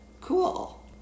cool